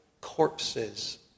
corpses